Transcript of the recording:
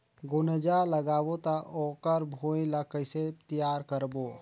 गुनजा लगाबो ता ओकर भुईं ला कइसे तियार करबो?